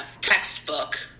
textbook